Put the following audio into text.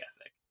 ethic